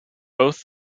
both